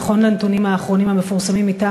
נכון לנתונים האחרונים המתפרסמים מטעם